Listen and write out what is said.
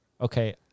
Okay